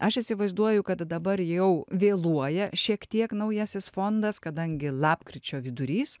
aš įsivaizduoju kad dabar jau vėluoja šiek tiek naujasis fondas kadangi lapkričio vidurys